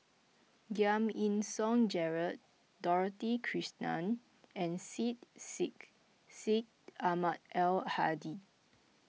Giam Yean Song Gerald Dorothy Krishnan and Syed Sheikh Syed Ahmad Al Hadi